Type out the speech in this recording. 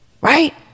Right